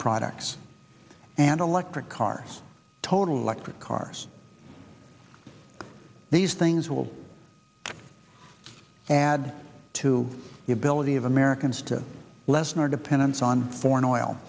products and electric cars total electric car these things will add to the ability of americans to lessen our dependence on foreign oil